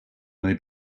may